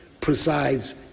presides